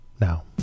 Now